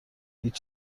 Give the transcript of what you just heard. هیچ